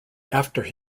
after